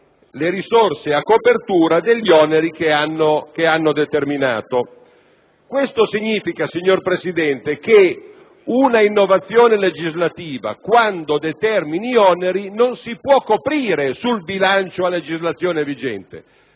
le risorse a copertura degli oneri che hanno determinato. Questo significa che un'innovazione legislativa che determini oneri non si può coprire sul bilancio a legislazione vigente,